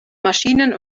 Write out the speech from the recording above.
maschinen